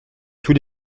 tous